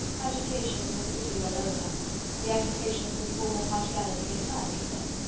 agitation was pretty well over the agitations of former partiality entirely so.